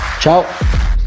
Ciao